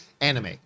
anime